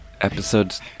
episodes